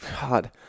God